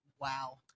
Wow